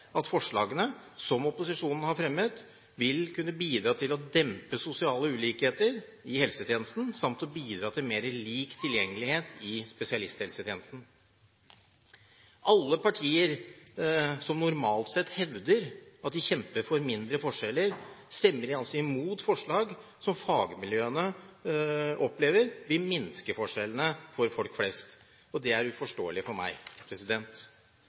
at forslagene som opposisjonen har fremmet, vil kunne bidra til å dempe sosiale ulikheter i helsetjenesten samt bidra til mer lik tilgjengelighet i spesialisthelsetjenesten. At partier som normalt sett hevder at de kjemper for mindre forskjeller, stemmer imot forslag som fagmiljøene opplever vil minske forskjellene blant folk flest, er uforståelig for meg.